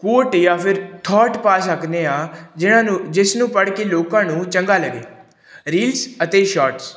ਕੋਟ ਜਾਂ ਫਿਰ ਥੋਟ ਪਾ ਸਕਦੇ ਹਾਂ ਜਿਹਨਾਂ ਨੂੰ ਜਿਸ ਨੂੰ ਪੜ੍ਹ ਕੇ ਲੋਕਾਂ ਨੂੰ ਚੰਗਾ ਲੱਗੇ ਰੀਲਸ ਅਤੇ ਸ਼ੋਰਟਸ